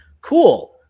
cool